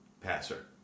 passer